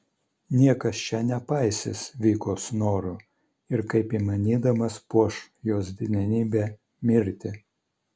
niekas čia nepaisys vikos norų ir kaip įmanydamas puoš jos didenybę mirtį